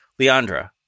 Leandra